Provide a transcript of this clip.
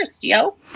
yo